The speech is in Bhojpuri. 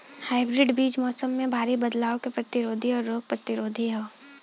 हाइब्रिड बीज मौसम में भारी बदलाव के प्रतिरोधी और रोग प्रतिरोधी ह